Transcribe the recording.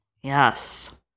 Yes